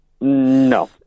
No